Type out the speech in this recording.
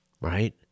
Right